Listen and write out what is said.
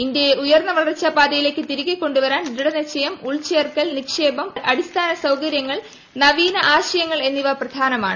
ഇന്ത്യയെ ഉയർന്ന വളർച്ചാ പാത്മയിലേക്ക് തിരികെ കൊണ്ടുവരാൻ ദൃഢനിശ്ചയം ഉൾച്ചേർക്കൽ ണിക്ഷേപം അടിസ്ഥാന സൌകര്യങ്ങൾ നവീന ആശയങ്ങൾ എന്നിവ് ്പ്രധാനമാണ്